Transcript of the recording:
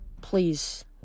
Please